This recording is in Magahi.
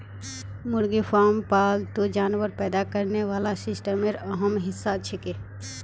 मुर्गी फार्म पालतू जानवर पैदा करने वाला सिस्टमेर अहम हिस्सा छिके